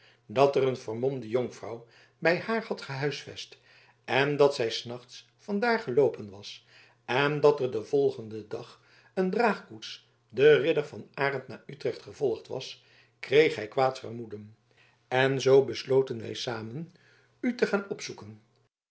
dat er een vermomde jonkvrouw bij haar had gehuisvest en dat zij s nachts van daar geloopen was en dat er den volgenden dag een draagkoets den ridder van den arend naar utrecht gevolgd was kreeg hij kwaad vermoeden en zoo besloten wij samen u te gaan opzoeken